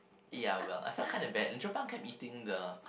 ya well I felt kind of bad Jo Pang kept eating the